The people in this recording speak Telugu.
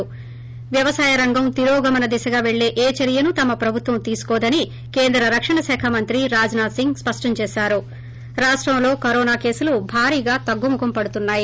ి వ్వవసాయ రంగం తిరోగమన దిశగా పెల్లే ఏ చర్వను తమ ప్రభుత్వం తీసుకోదని కేంద్ర రక్షణ శాఖ మంత్రి రాజ్నాథ్ సింగ్ స్పష్టం చేశారు థి రాష్టంలో కరోనా కేసులు భారీగా తగ్గుముఖంపడుతున్నాయి